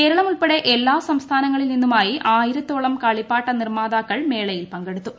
കേരളമുൾപ്പെടെ എല്ലാ സംസ്ഥാനങ്ങളിൽ നിന്നുമായി ആയിരത്തോളം കളിപ്പാട്ട നിർമ്മാതാക്കൾ മേളയിൽ പങ്കെടുത്തു